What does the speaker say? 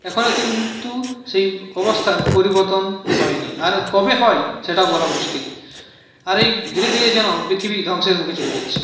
এখনও কিন্তু সেই অবস্থার পরিবর্তন হয়নি আর কবে হয় সেটাও বলা মুশকিল আর এই ধীরে ধীরে যেন পৃথিবী ধ্বংসের মুখে চলে যাচ্ছে